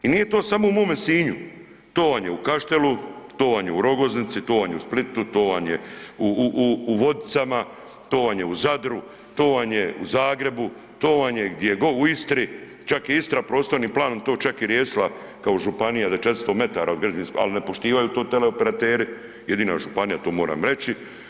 I nije to samo u mome Sinju, to vam je u Kaštelu, to vam je u Rogoznici, to vam u Splitu, to vam je u Vodicama, to vam je u Zadru, to vam je Zagrebu, to vam je gdje god u Istri, čak je Istra prostorni plan to čak i riješila kao županija da 400 metara od građevinskog, al ne poštivaju to teleoperateri, jedina županija to moram reći.